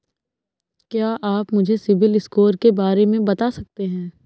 क्या आप मुझे सिबिल स्कोर के बारे में बता सकते हैं?